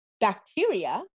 bacteria